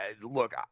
look